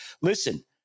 Listen